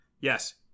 yes